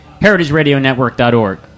heritageradionetwork.org